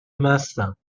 مستم